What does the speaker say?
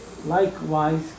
likewise